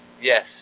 Yes